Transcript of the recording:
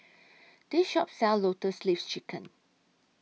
This Shop sells Lotus Leaf Chicken